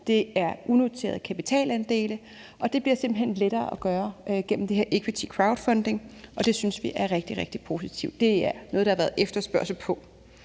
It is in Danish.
Det er unoterede kapitalandele, og det bliver simpelt hen lettere at gøre det her via equity crowdfunding. Det synes vi er rigtig, rigtig positivt. Det er noget, der har været efterspørgsel på.